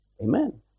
Amen